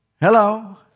Hello